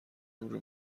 نور